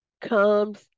comes